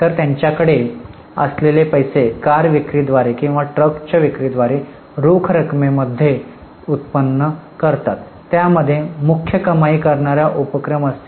तर त्यांच्याकडे असलेले पैसे कार विक्री द्वारे किंवा ट्रकच्या विक्री द्वारे रोख रकमेमध्ये उत्पन्न करतात त्यामध्ये मुख्य कमाई करणार्या उपक्रम असतील